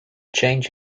change